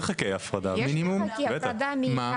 יש לך הפרדה מלאה מהצינור?